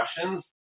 questions